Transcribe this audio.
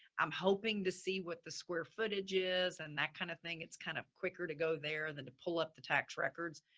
i'm hoping to see what the square footage is and that kind of thing. it's kind of quicker to go there and then to pull up the tax records.